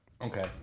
Okay